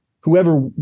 whoever